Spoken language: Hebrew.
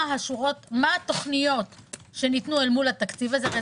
מה התוכניות שניתנו מול התקציב הזה הרי